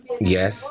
Yes